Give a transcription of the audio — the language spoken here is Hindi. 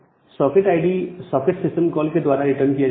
socket ID socket system call के द्वारा रिटर्न किया जाता है